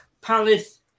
Palace